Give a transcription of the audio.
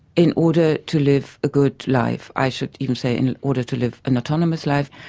in order to live a good life. i should even say in order to live an autonomous life.